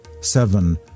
seven